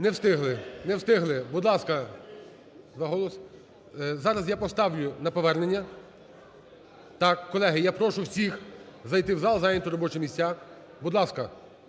Не встигли. Не встигли. Будь ласка, зараз я поставлю на повернення. Так, колеги, я прошу всіх зайти в зал і зайняти робочі місця. Будь ласка,